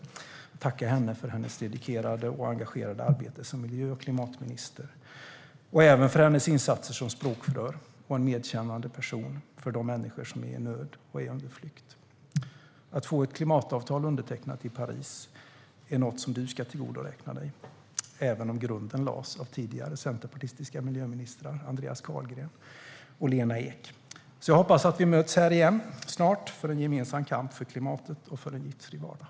Jag vill tacka henne för hennes dedikerade och engagerade arbete som klimat och miljöminister och för hennes insatser som språkrör. Hon är en medkännande person för de människor som är i nöd och på flykt. Att få ett klimatavtal undertecknat i Paris är något du ska tillgodoräkna dig, även om grunden lades av de tidigare centerpartistiska miljöministrarna Andreas Carlgren och Lena Ek. Jag hoppas att vi möts igen snart för en gemensam kamp för klimatet och för en giftfri vardag.